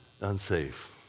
unsafe